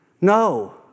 No